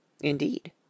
Indeed